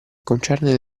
concerne